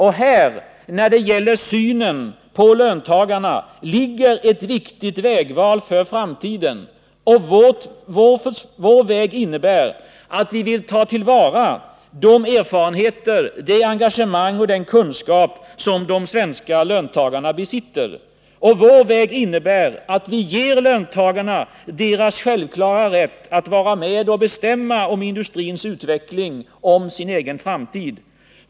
Här — när det gäller synen på löntagarna — ligger ett viktigt vägval för framtiden. Vår väg innebär att vi vill ta till vara de erfarenheter, det engagemang och den kunskap som de svenska löntagarna besitter. Vår väg innebär att vi ger löntagarna deras självklara rätt att vara med och bestämma om industrins utveckling, om sin egen framtid.